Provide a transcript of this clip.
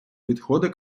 відходи